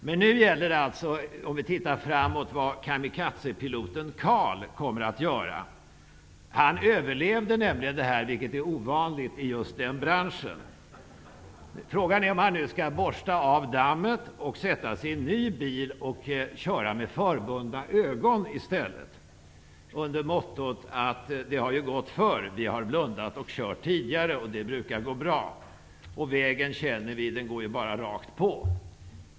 Det gäller nu att se framåt på vad kamikazepiloten Carl Bildt kommer att göra. Han överlevde nämligen, vilket är ovanligt i just den branschen. Frågan är om han nu skall borsta av dammet och sätta sig i en ny bil och köra med förbundna ögon i stället med följande förklaring: Det har ju gått förr. Vi har blundat och kört tidigare, och det brukar gå bra. Vägen känner vi. Den går bara rakt på.